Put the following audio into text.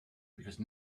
because